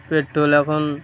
petrol এখন